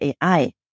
ai